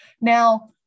Now